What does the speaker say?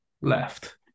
left